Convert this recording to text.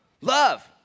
Love